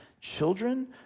children